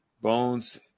Bones